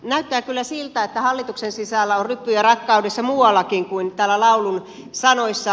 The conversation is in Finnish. näyttää kyllä siltä että hallituksen sisällä on ryppyjä rakkaudessa muuallakin kuin täällä laulun sanoissa